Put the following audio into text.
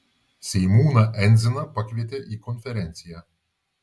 seimūną endziną pakvietė į konferenciją